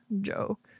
joke